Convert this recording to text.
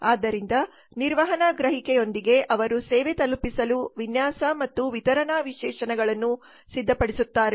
ಆದ್ದರಿಂದ ನಿರ್ವಹಣಾ ಗ್ರಹಿಕೆಯೊಂದಿಗೆ ಅವರು ಸೇವೆ ತಲುಪಿಸಲು ವಿನ್ಯಾಸ ಮತ್ತು ವಿತರಣಾ ವಿಶೇಷಣಗಳನ್ನು ಸಿದ್ಧಪಡಿಸುತ್ತಾರೆ